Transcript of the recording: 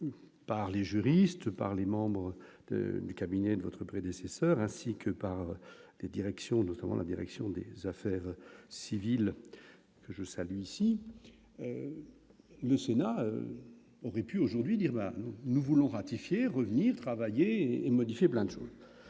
par les juristes par les membres du cabinet de votre prédécesseur, ainsi que par les directions, notamment la direction des affaires civiles, que je salue ici. Ne Sénat auraient pu aujourd'hui dire nous voulons ratifier revenir travailler et mode. C'est plein dans sa